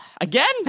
again